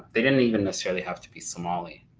they didn't even necessarily have to be somali,